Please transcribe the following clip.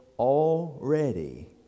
already